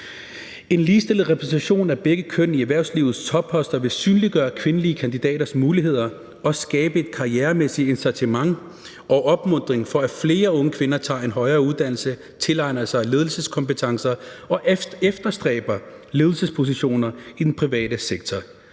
En ligestillet repræsentation af begge køn i erhvervslivets topposter vil synliggøre kvindelige kandidaters muligheder og skabe et karrieremæssigt incitament og opmuntring til, at flere unge kvinder tager en højere uddannelse, tilegner sig ledelseskompetencer og efterstræber ledelsespositioner i den private sektor,